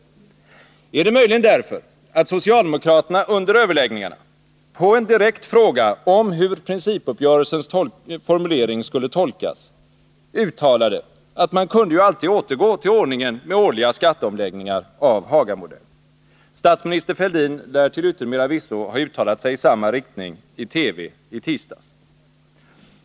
tiska åtgärder Var det möjligen därför att socialdemokraterna under överläggningarna på en direkt fråga om hur principuppgörelsens formulering skulle tolkas uttalade att man ju alltid kunde återgå till ordningen med årliga skatteomläggningar av Hagamodell? Statsminister Fälldin lär till yttermera visso ha uttalat sig i samma riktning i TV i tisdags.